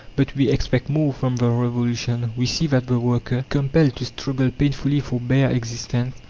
but we expect more from the revolution. we see that the worker, compelled to struggle painfully for bare existence,